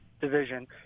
division